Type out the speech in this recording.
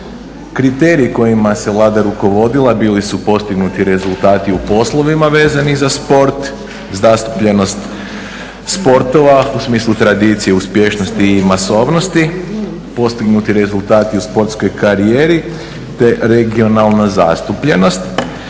Kriteriji kojima se Vlada rukovodila bili su postignuti rezultati u poslovima vezanim za sport, zastupljenost sportova u smislu tradicije, uspješnosti i masovnosti, postignuti rezultati u sportskoj karijeri te regionalna zastupljenost.